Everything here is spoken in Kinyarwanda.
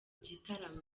gitaramo